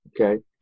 Okay